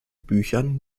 büchern